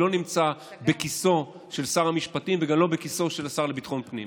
לא נמצא בכיסו של שר המשפטים וגם לא בכיסו של השר לביטחון פנים.